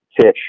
fish